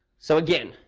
so again,